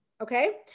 Okay